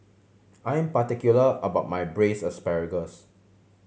I am particular about my Braised Asparagus